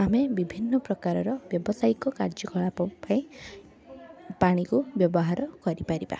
ଆମେ ବିଭିନ୍ନ ପ୍ରକାରର ବ୍ୟବସାୟିକ କାର୍ଯ୍ୟକଳାପ ପାଇଁ ପାଣିକୁ ବ୍ୟବହାର କରିପାରିବା